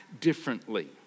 differently